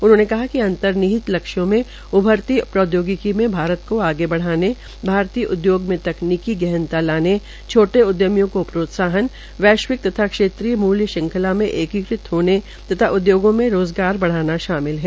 उन्होंने कहा कि अंर्तनीहित लक्ष्यों से उभरती प्रौद्योगिकी में भारत को आगे बढ़ाने भारतीय उद्योग में तकनीकी गहनता लाने छोटे उद्यमियों को प्रोत्साहन वैश्विक तथा क्षेत्रीय मूल्रू श्रंखला में एकीकृत होने तथा उदयोगों में रोज़गार बढ़ाना शामिल है